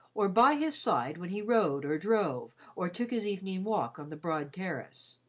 or by his side when he rode or drove or took his evening walk on the broad terrace.